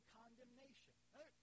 condemnation